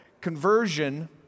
Conversion